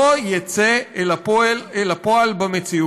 לא יצא אל הפועל במציאות.